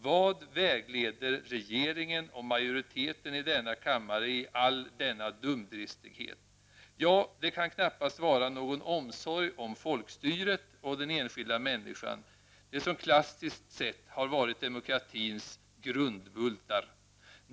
Vad vägleder regeringen och majoriteten i all denna dumdristighet? Ja, det kan knappast vara någon omsorg om folkstyret och den enskilda människan, det som klassiskt sätt har varit demokratins grundbultar.